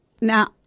Now